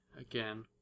again